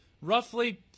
Roughly